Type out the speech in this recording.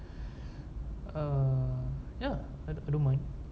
uh ya I don't I don't mind